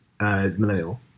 Millennial